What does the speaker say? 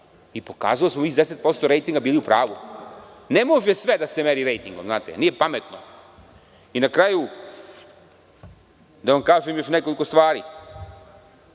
I pokazalo se da smo mi sa 10% rejtinga bili u pravu. Ne može sve da se meri rejtingom, znate, nije pametno.I na kraju da vam kažem još nekoliko stvari.